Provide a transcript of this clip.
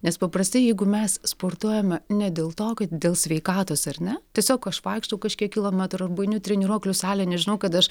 nes paprastai jeigu mes sportuojame ne dėl to kad dėl sveikatos ar ne tiesiog aš vaikštau kažkiek kilometrų arba einu į treniruoklių salę nes žinau kad aš